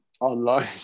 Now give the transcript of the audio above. online